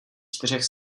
čtyřech